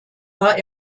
war